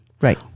Right